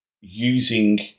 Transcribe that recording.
using